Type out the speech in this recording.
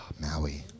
maui